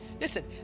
listen